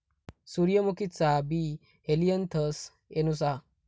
सूर्यमुखीचा बी हेलियनथस एनुस हा